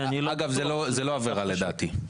אגב, זה לא עבירה לדעתי.